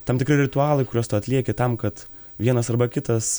tam tikri ritualai kuriuos tu atlieki tam kad vienas arba kitas